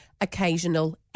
occasional